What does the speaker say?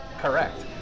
Correct